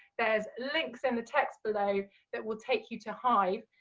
there's links in the text below that will take you to hive,